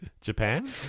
japan